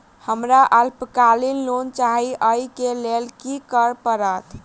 हमरा अल्पकालिक लोन चाहि अई केँ लेल की करऽ पड़त?